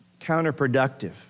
counterproductive